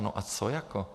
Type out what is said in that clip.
No a co jako?